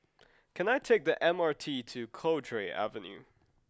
can I take the M R T to Cowdray Avenue